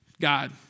God